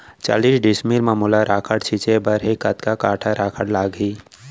चालीस डिसमिल म मोला राखड़ छिंचे बर हे कतका काठा राखड़ लागही?